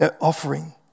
offering